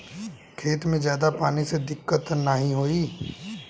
खेत में ज्यादा पानी से दिक्कत त नाही होई?